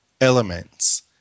elements